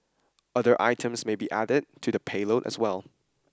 other items may be added to the payload as well